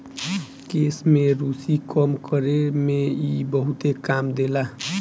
केश में रुसी कम करे में इ बहुते काम देला